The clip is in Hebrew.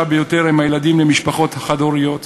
ביותר הם הילדים ממשפחות חד-הוריות,